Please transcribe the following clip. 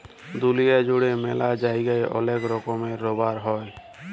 দুলিয়া জুড়ে ম্যালা জায়গায় ওলেক রকমের রাবার হ্যয়